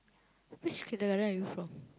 which secondary are you from